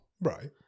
Right